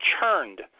churned